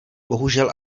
bohužel